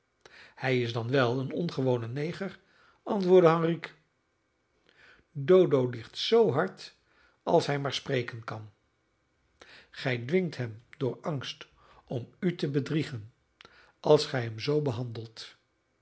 hij is dan wel een ongewone neger antwoordde henrique dodo liegt zoo hard als hij maar spreken kan gij dwingt hem door angst om u te bedriegen als gij hem zoo behandelt